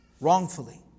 wrongfully